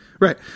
Right